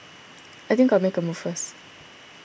I think I'll make a move first